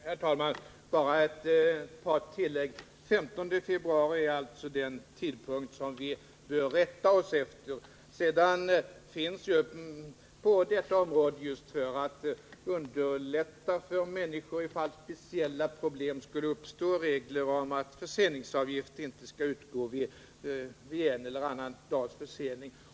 Herr talman! Bara ett par tillägg. Den 15 februari är alltså den tidpunkt som vi bör rätta oss efter. Sedan finns det ju på detta område just för att underlätta för människor, ifall speciella problem skulle uppstå, regler om att förseningsavgift inte skall utgå vid en eller annan dags försening.